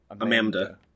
Amanda